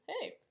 hey